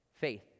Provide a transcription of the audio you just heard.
faith